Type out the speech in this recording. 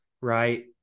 right